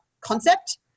concept